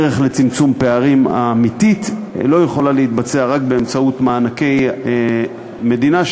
צמצום פערים אמיתי לא יכול להתבצע רק באמצעות מענקי מדינה,